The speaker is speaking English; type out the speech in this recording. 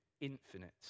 infinite